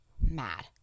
mad